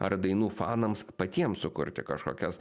ar dainų fanams patiems sukurti kažkokias